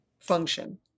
function